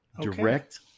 direct